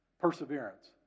Perseverance